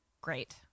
Great